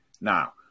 Now